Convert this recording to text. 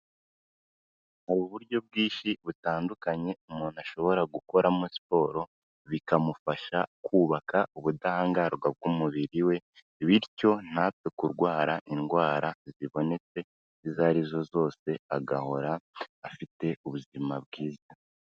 Uburyo bwinshi butandukanye umuntu ashobora gukoramo siporo bikamufasha kubaka ubudahangarwa bw'umubiri we, bityo ntapfe kurwara indwara zibonetse izo arizo zose, agahora afite ubuzima bwiza.